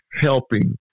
helping